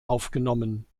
aufgenommen